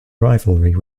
rivalry